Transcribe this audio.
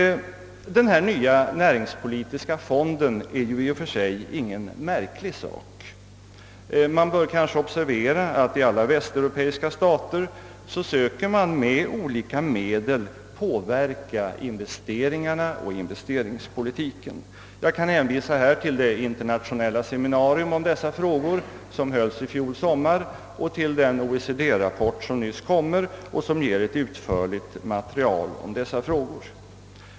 Den nya näringspolitiska fonden är ju i och för sig ingen märklig sak. Det bör kanske observeras att man i alla västeuropeiska stater söker att med olika medel påverka investeringarna och investeringspolitiken. Jag kan hänvisa till det internationella seminarium om dessa frågor som hölls i fjol sommar och till den OECD-rapport som snart kommer ut och som ger ett utförligt material om dessa frågor.